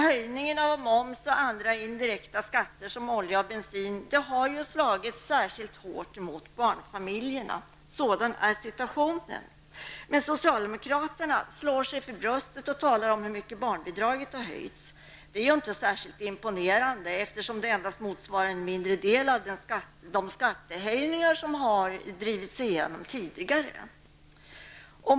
Höjningen av moms och andra indirekta skatter, som för olja och bensin, har slagit särskilt hårt mot barnfamiljerna. Sådan är situationen. Socialdemokraterna slår sig för bröstet och talar om hur mycket barnbidraget höjts. Det är inte särskilt imponerande, eftersom det endast motsvarar en mindre del av de skattehöjningar som samtidigt drivits igenom tidigare.